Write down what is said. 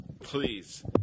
Please